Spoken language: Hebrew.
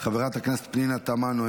חברת הכנסת פנינה תמנו,